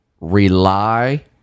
rely